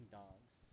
dogs